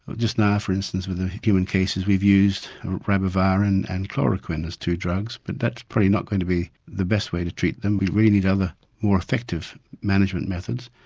just now for instance with the human cases we've used ribavirin and chloroquine as two drugs but that's probably not going to be the best way to treat them, we really need other more effective management methods.